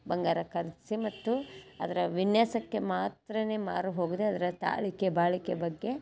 ಬಂಗಾರ ಖರೀದ್ಸಿ ಮತ್ತು ಅದರ ವಿನ್ಯಾಸಕ್ಕೆ ಮಾತ್ರವೇ ಮಾರು ಹೋಗದೆ ಅದರ ತಾಳಿಕೆ ಬಾಳಿಕೆ ಬಗ್ಗೆ